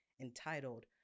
entitled